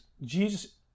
Jesus